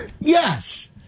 Yes